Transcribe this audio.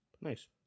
Nice